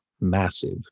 massive